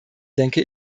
denke